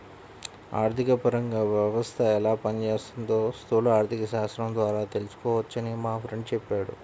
ఆర్థికపరంగా ఒక వ్యవస్థ ఎలా పనిచేస్తోందో స్థూల ఆర్థికశాస్త్రం ద్వారా తెలుసుకోవచ్చని మా ఫ్రెండు చెప్పాడు